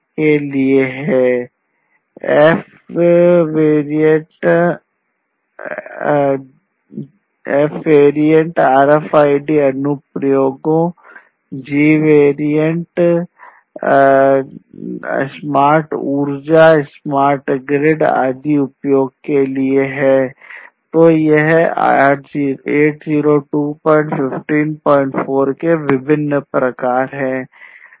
तो ये 802154 के विभिन्न प्रकार हैं